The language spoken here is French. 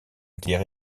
étaient